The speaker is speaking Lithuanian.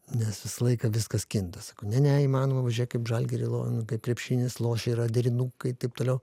nes visą laiką viskas kinta ne ne įmanoma va žiūrėk kaip žalgiry nu kaip krepšinis lošia yra derinukai taip toliau